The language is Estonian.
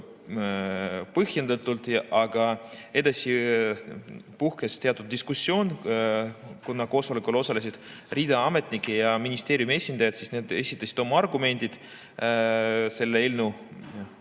põhjendatult. Aga edasi puhkes teatud diskussioon, kuna koosolekul osales rida ametnikke ja ministeeriumi esindajad esitasid oma argumendid selle eelnõu